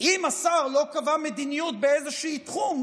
אם השר לא קבע מדיניות באיזשהו תחום,